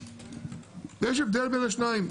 ויש הבדל בין השניים.